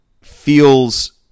feels